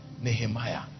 Nehemiah